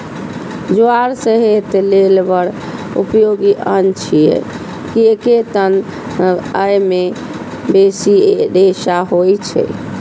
ज्वार सेहत लेल बड़ उपयोगी अन्न छियै, कियैक तं अय मे बेसी रेशा होइ छै